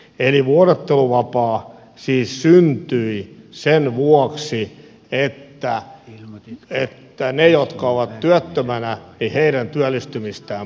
eli vuorotteluvapaa siis syntyi sen vuoksi että niiden jotka ovat työttömänä työllistymistä parannettaisiin